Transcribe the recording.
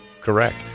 correct